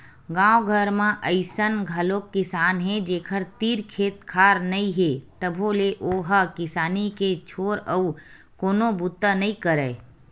गाँव घर म अइसन घलोक किसान हे जेखर तीर खेत खार नइ हे तभो ले ओ ह किसानी के छोर अउ कोनो बूता नइ करय